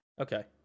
Okay